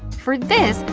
for this,